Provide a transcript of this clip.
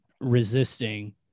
resisting